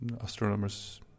astronomers